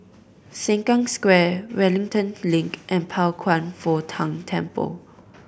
Sengkang Square Wellington Link and Pao Kwan Foh Tang Temple